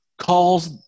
calls